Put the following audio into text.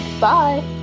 Bye